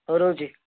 ହଉ ରହୁଛି